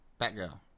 Batgirl